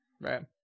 right